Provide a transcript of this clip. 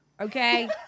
Okay